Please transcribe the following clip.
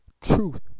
truth